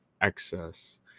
excess